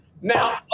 Now